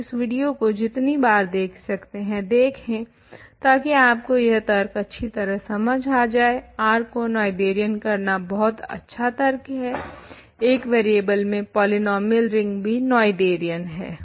तो इस विडियो को जितनी बार देख सकते हैं देखें ताकि आपको यह तर्क अच्छी तरह समझ आ जाए R को नोएथेरियन करना बहुत अच्छा तर्क है एक वरियेबल में पोलिनोमियल रिंग भी नोएथेरियन है